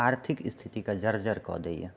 आर्थिक स्थितिके जर जर कऽ दयए